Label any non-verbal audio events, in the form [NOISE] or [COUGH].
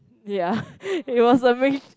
[LAUGHS] yeah there was a mix